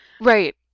right